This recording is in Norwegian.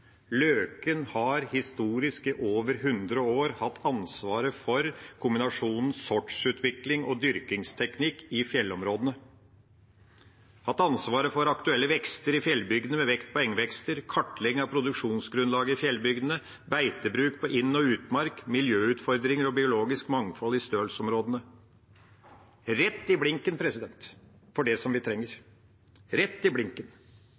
Løken har historisk, i over hundre år, hatt ansvaret for kombinasjonen sortsutvikling og dyrkingsteknikk i fjellområdene. De har hatt ansvaret for aktuelle vekster i fjellbygdene med vekt på engvekster, kartlegging av produksjonsgrunnlaget i fjellbygdene, beitebruk på inn- og utmark, miljøutfordringer og biologisk mangfold i stølsområdene. Det er rett i blinken for det vi trenger – rett i blinken.